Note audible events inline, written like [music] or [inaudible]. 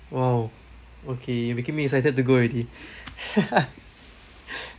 !wow! okay you making me excited to go already [laughs]